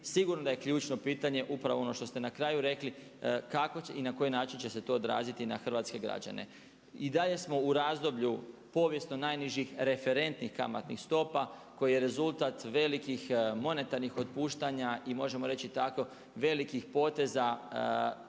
sigurno da je ključno pitanje upravo ono što ste na kraju rekli kako će i na koji način će se to odraziti i na hrvatske građane. I dalje smo u razdoblju povijesno najnižih referentnih kamatnih stopa koje je rezultat velikih, monetarnih otpuštanja i možemo reći tako velikih poteza